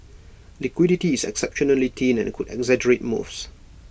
liquidity is exceptionally thin and could exaggerate moves